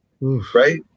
right